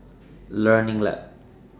Learning Lab